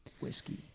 Whiskey